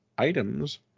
Items